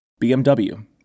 BMW